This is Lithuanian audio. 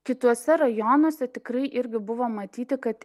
kituose rajonuose tikrai irgi buvo matyti kad